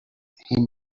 him